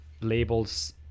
labels